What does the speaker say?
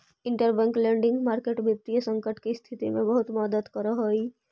interbank lending market वित्तीय संकट के स्थिति में बहुत मदद करऽ हइ